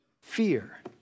fear